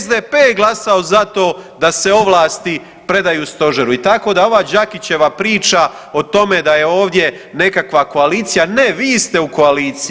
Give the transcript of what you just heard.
SDP je glasao za to da se ovlasti predaju Stožer i tako da ova Đakićeva priča o tome da je ovdje nekakva koalicija, ne, vi ste u koaliciji.